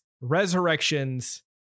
Resurrections